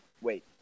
Wait